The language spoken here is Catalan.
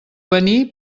venir